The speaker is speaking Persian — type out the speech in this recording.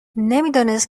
نمیدانست